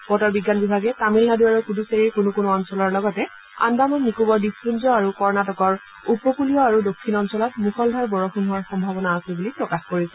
বতৰ বিজ্ঞান বিভাগে তামিলনাডু আৰু পুডুচেৰীৰ কোনো কোনো অঞ্চলৰ লগতে আন্দামান নিকোবৰ দ্বীপপুঞ্জ আৰু কৰ্ণটিকৰ উপকলীয় আৰু দক্ষিণ অঞ্চলত মূষলধাৰ বৰষুণ হোৱাৰ সম্ভাৱনা আছে বুলি প্ৰকাশ কৰিছে